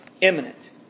imminent